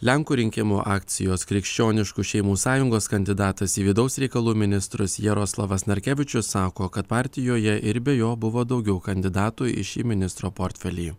lenkų rinkimų akcijos krikščioniškų šeimų sąjungos kandidatas į vidaus reikalų ministrus jaroslavas narkevičius sako kad partijoje ir be jo buvo daugiau kandidatų į šį ministro portfelį